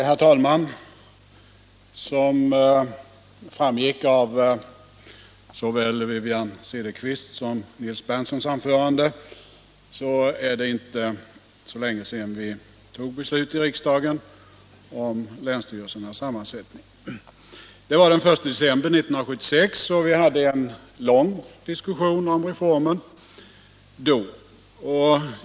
Herr talman! Som framgick av såväl Wivi-Anne Cederqvists som Nils Berndtsons anförande är det inte så länge sedan vi fattade beslut i riksdagen om länsstyrelsernas sammansättning. Det skedde den 1 december 1976, och vi hade då en lång diskussion om reformen.